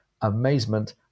amazement